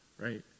right